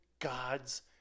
God's